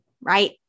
right